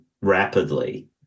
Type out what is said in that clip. rapidly